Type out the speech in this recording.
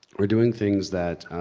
we're doing things that,